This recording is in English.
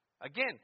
Again